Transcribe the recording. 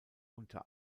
unter